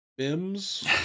Bims